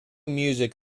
music